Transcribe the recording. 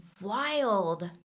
wild